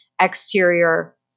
exterior